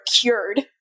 cured